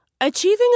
Achieving